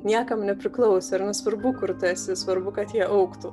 niekam nepriklauso ir nesvarbu kur tu esi svarbu kad jie augtų